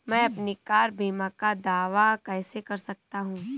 मैं अपनी कार बीमा का दावा कैसे कर सकता हूं?